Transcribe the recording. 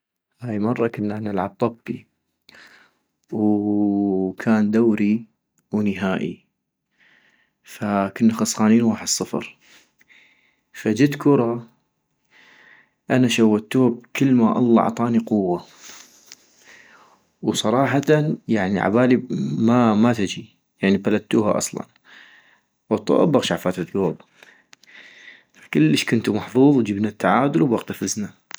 هاي مرة كنا عنلعب طبي، وكان دوري ونهائي - فكنا خسغانين واحد صفر - جت كرة أنا شوتوها بكل ما الله عطاني قوة ، وبصراحة عبالي ما تجي يعني بلتوها اصلا - وطب اغشع فاتن كول - كلش كنتو محظوظ وجبنا التعامل وبوقتا فزنا